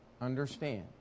understand